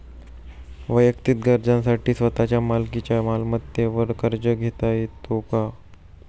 वैयक्तिक गरजांसाठी स्वतःच्या मालकीच्या मालमत्तेवर कर्ज घेता येतो का?